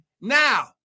now